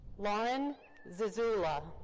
lauren zieziula.